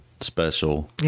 special